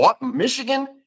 Michigan